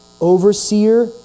overseer